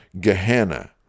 Gehenna